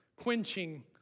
quenching